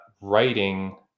Writing